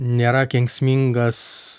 nėra kenksmingas